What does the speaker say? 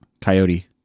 coyote